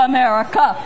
America